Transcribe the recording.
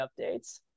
updates